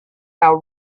how